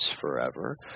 forever